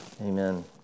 Amen